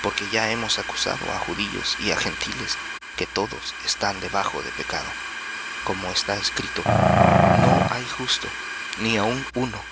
porque ya hemos acusado á judíos y á gentiles que todos están debajo de pecado como está escrito no hay justo ni aun uno